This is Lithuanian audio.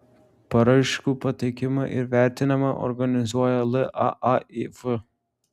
paraiškų pateikimą ir vertinimą organizuoja laaif